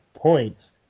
Points